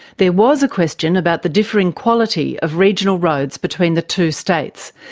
there was a question about the differing quality of regional roads between the two states,